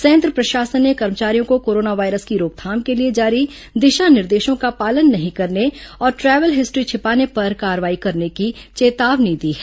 संयंत्र प्रशासन ने कर्मचारियों को कोरोना वायरस की रोकथाम के लिए जारी दिशा निर्देशों का पालन नहीं करने और ट्रैवल हिस्ट्री छिपाने पर कार्रवाई करने की चेतावनी दी है